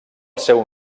seu